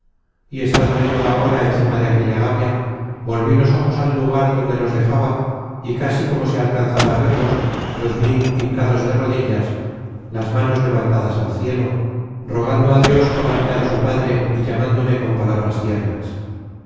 y estando yo agora encima de aquella gavia volví los ojos al lugar donde los dejaba y casi como si alcanzara á verlos los vi hincados de rodillas las manos levantadas al cielo rogando á dios por la vida de su padre y llamándome con palabras tiernas